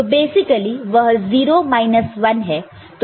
तो बेसिकली वह 0 माइनस 1 है